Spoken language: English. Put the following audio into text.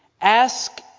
ask